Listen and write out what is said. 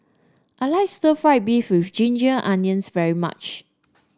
I like stir fry beef with Ginger Onions very much